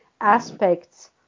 aspects